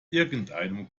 irgendeinem